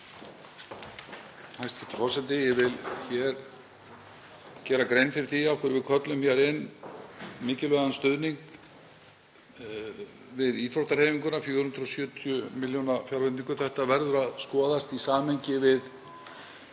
Það verður að skoðast í samhengi við